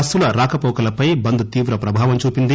బస్సుల రాకపోకలపై బంద్ తీవ్ర ప్రభావం చూపింది